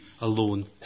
alone